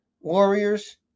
Warriors